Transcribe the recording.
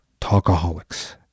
talkaholics